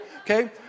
Okay